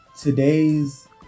Today's